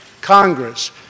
Congress